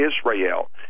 Israel